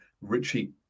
Richie